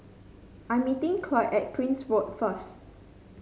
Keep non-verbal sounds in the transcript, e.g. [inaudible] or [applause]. I'm meeting [unintelligible] at Prince Road first